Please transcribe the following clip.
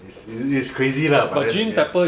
is is crazy lah but then again